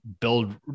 build